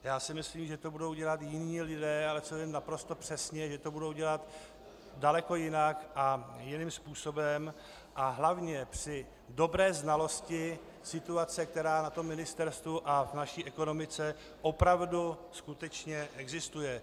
Já si myslím, že to budou dělat jiní lidé, ale co vím naprosto přesně, že to budou dělat daleko jinak a jiným způsobem a hlavně při dobré znalosti situace, která na ministerstvu a v naší ekonomice opravdu skutečně existuje.